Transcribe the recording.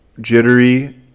jittery